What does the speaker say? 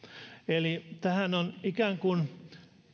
eli tähän on ikään kuin